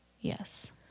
Yes